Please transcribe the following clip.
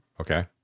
Okay